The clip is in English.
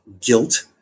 guilt